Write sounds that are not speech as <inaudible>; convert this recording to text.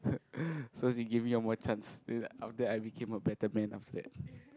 <laughs> so she give me one more chance then after that I became a better man after that